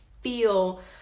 feel